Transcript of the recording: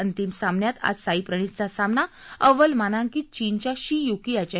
अंतिम सामन्यात आज साईप्रणीतचा सामना अव्वल मानांकित चीनच्या शी युकी याच्याशी होणार आहे